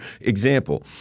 example